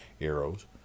arrows